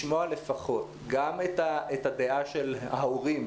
לשמוע לפחות גם את הדעה של ההורים,